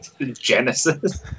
Genesis